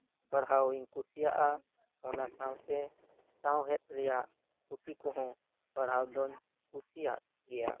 ᱯᱟᱲᱦᱟᱣᱤᱧ ᱠᱩᱥᱤᱭᱟᱜᱼᱟ ᱚᱱᱟ ᱥᱟᱶᱛᱮ ᱥᱟᱶᱦᱮᱫ ᱨᱮᱭᱟᱜ ᱯᱩᱛᱷᱤ ᱠᱚᱦᱚᱸ ᱯᱟᱲᱦᱟᱣ ᱫᱚᱧ ᱠᱩᱥᱤᱭᱟᱜ ᱜᱮᱭᱟ